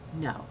No